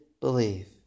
believe